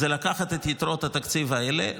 זה לקחת את יתרות התקציב האלה,